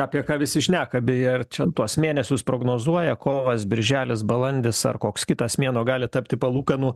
apie ką visi šneka beje ar čia tuos mėnesius prognozuoja kovas birželis balandis ar koks kitas mėnuo gali tapti palūkanų